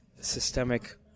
systemic